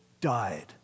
died